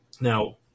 Now